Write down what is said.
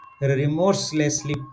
remorselessly